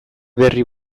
berri